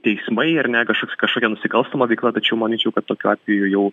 teismai ar ne kažkoks kažkokia nusikalstama veikla tačiau manyčiau kad tokiu atveju jau